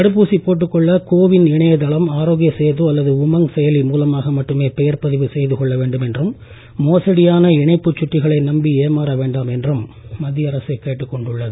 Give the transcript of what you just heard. தடுப்பூசி போட்டுக் கொள்ள கோ வின் இணையதளம் ஆரோக்கிய சேது அல்லது உமங் செயலி மூலமாக மட்டுமே பெயர்ப் பதிவு செய்து கொள்ள வேண்டும் என்றும் மோசடியான இணைப்புச் சுட்டிகளை நம்பி ஏமாற வேண்டாம் என்றும் மத்திய அரசு கேட்டுக் கொண்டுள்ளது